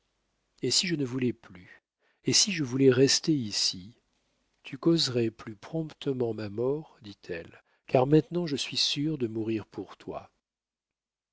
et si je ne voulais plus et si je voulais rester ici tu causerais plus promptement ma mort dit-elle car maintenant je suis sûre de mourir pour toi